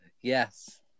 Yes